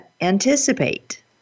anticipate